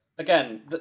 Again